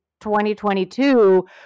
2022